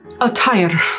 Attire